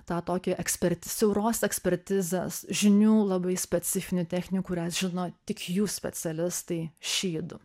tą tokį ekspert siauros ekspertizės žinių labai specifinių techninių kurias žino tik jų specialistai šydu